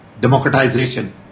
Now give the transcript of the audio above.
democratization